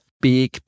big